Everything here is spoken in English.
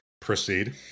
Proceed